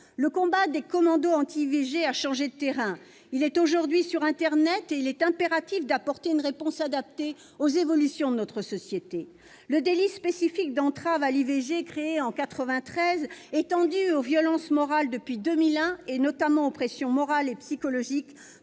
Le combat des commandos anti-IVG a changé de terrain ; il se livre aujourd'hui sur internet et il est impératif d'apporter une réponse adaptée aux évolutions de notre société. Le délit spécifique d'entrave à l'IVG, créé en 1993, étendu aux violences morales depuis 2001 et notamment aux pressions morales et psychologiques,